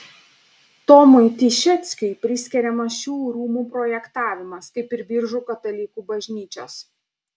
tomui tišeckiui priskiriamas šių rūmų projektavimas kaip ir biržų katalikų bažnyčios